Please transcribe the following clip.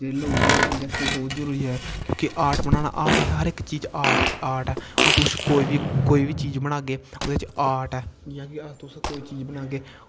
जेह्ड़े लोग होंदे उंदे बास्तै बहोत जरूरी ऐ क्योंकि आर्ट बनाना हर इक्क चीज़ ऐ आर्ट ऐ हून तुस कोई बी चीज़ बनागे आर्ट ऐ की अगर तुस कोई चीज़ बनागे